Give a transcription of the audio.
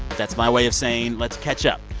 that's my way of saying let's catch up.